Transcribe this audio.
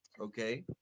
Okay